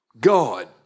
God